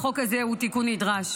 החוק הזה הוא תיקון נדרש.